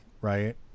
right